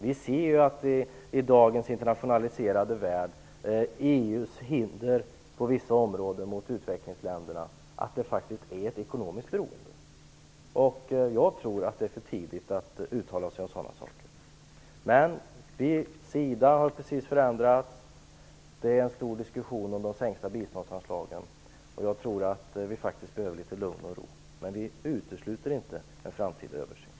Vi ser ju att det i dagens internationaliserade värld faktiskt är fråga om ett ekonomiskt beroende. Jag tänker på EU:s hinder på vissa områden gentemot utvecklingsländerna. Jag tror att det är för tidigt att uttala sig om sådana här saker. SIDA har precis förändrats. Det pågår en stor diskussion om de sänkta biståndsanslagen. Jag tror att vi faktiskt behöver litet lugn och ro. Men vi utesluter inte en framtida översyn.